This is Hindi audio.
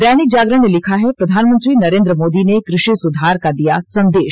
दैनिक जागरण ने लिखा है प्रधानमंत्री नरेन्द्र मोदी ने कृषि सुधार का दिया संदेश